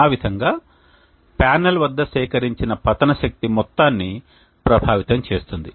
ఆ విధంగా ప్యానెల్ వద్ద సేకరించిన పతన శక్తి మొత్తాన్ని ప్రభావితం చేస్తుంది